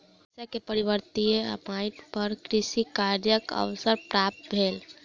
कृषक के पर्वतीय माइट पर कृषि कार्यक अवसर प्राप्त भेल